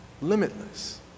Limitless